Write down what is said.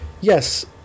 yes